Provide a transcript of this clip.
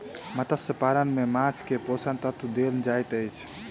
मत्स्य पालन में माँछ के पोषक तत्व देल जाइत अछि